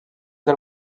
del